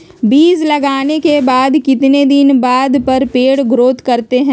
बीज लगाने के बाद कितने दिन बाद पर पेड़ ग्रोथ करते हैं?